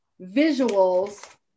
visuals